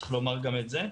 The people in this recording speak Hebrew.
צריך להגיד גם את זה,